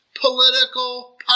Political